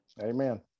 Amen